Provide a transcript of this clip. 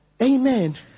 Amen